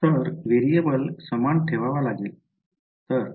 तर व्हेरिएबल समान ठेवावा लागेल